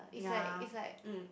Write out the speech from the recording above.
ya mm